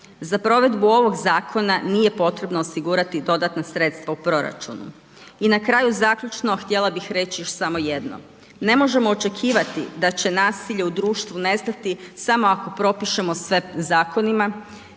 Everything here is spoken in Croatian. Za provedbu ovog zakona nije potrebno osigurati dodatna sredstva u proračunu. I na kraju zaključno htjela bih reći još samo jedno, ne možemo očekivati da će nasilje u društvu nestati samo ako propišemo sve zakonima.